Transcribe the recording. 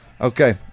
okay